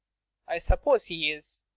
i suppose he is.